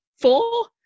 four